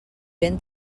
ben